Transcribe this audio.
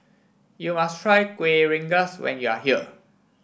you must try Kuih Rengas when you are here